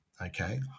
okay